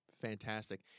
fantastic